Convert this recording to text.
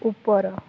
ଉପର